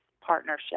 partnership